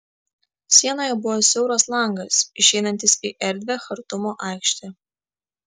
sienoje buvo siauras langas išeinantis į erdvią chartumo aikštę